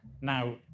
Now